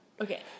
Okay